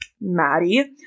Maddie